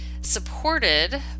supported